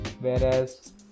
Whereas